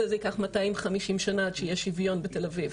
זה יקח 250 שנה עד שיהיה שוויון בתל-אביב,